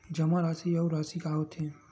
जमा राशि अउ राशि का होथे?